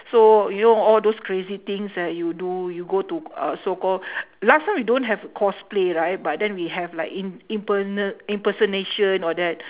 so you know all those crazy things that you do you go to uh so-called last time we don't have cosplay right but then we have like im~ impe~ impersonation all that